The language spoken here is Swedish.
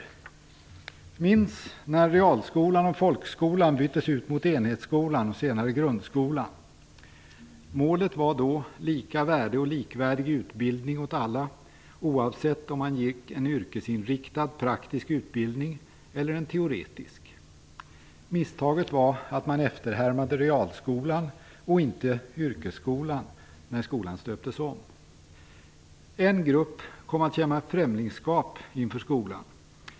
Vi minns när realskolan och folkskolan byttes ut mot enhetsskolan och senare grundskolan. Målet var då lika värde och likvärdig utbildning åt alla, oavsett om man gick en yrkesinriktad, praktisk utbildning eller en teoretisk. Misstaget var att man efterhärmade realskolan och inte yrkesskolan när skolan stöptes om. En grupp kände främlingskap inför skolan.